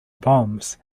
bombs